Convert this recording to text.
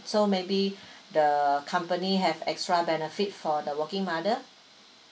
so maybe the company have extra benefit for the working mother